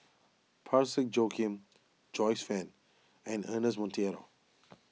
Parsick Joaquim Joyce Fan and Ernest Monteiro